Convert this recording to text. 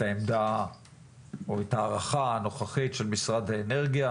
העמדה או את ההערכה הנוכחית של משרד האנרגיה,